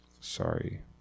Sorry